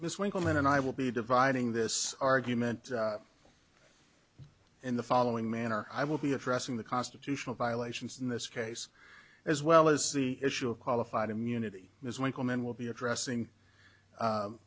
this winkleman and i will be dividing this argument in the following manner i will be addressing the constitutional violations in this case as well as the issue of qualified immunity ms michelman will be addressing